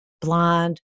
blonde